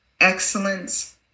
excellence